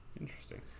Interesting